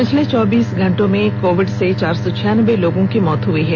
पिछले चौबीस घंटों मे कोविड से चार सौ छियानबे लोगों की मृत्यु हुई है